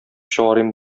чыгарыйм